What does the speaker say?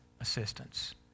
assistance